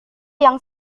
yang